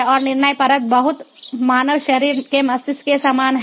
और निर्णय परत बहुत मानव शरीर के मस्तिष्क के समान है